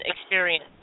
experience